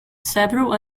several